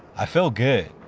i feel good.